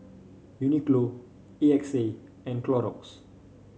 Uniqlo A X A and Clorox